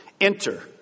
Enter